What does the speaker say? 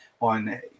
on